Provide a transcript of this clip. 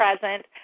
present